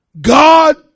God